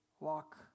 walk